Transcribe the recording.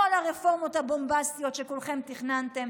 כל הרפורמות הבומבסטיות שכולכם תכננתם,